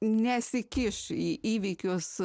nesikiš į įvykius